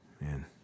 Man